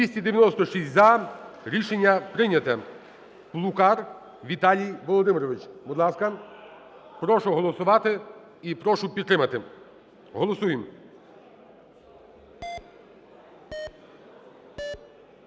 За-296 Рішення прийнято. Плукар Віталій Володимирович. Будь ласка. Прошу голосувати і прошу підтримати. Голосуємо.